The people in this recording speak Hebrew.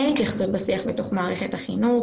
אין התייחסות בשיח בתוך מערכת החינוך,